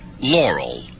Laurel